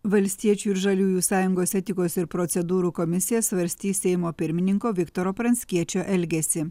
valstiečių ir žaliųjų sąjungos etikos ir procedūrų komisija svarstys seimo pirmininko viktoro pranckiečio elgesį